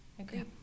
Okay